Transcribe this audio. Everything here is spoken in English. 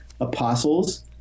apostles